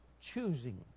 choosing